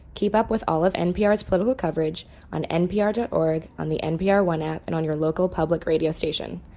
keep up with all of npr's political coverage on npr dot org, on the npr one app and on your local public radio station.